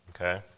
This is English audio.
Okay